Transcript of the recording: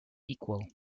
equal